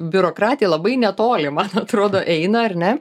biurokratija labai netoli man atrodo eina ar ne